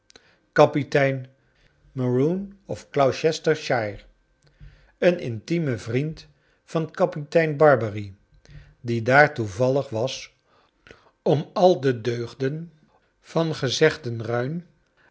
kapitein maroon of gloucester shire een intieme vriend van kapitein barbary die daar toevallig was oni al de deugden van gezegden ruin